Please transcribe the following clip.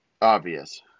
obvious